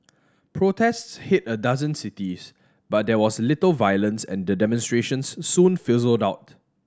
protests hit a dozen cities but there was little violence and the demonstrations soon fizzled out